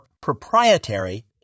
proprietary